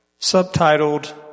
Subtitled